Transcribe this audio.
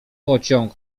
pociąg